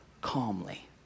calmly